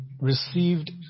received